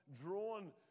drawn